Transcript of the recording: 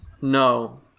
No